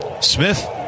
Smith